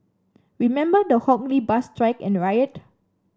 remember the Hock Lee bus strike and riot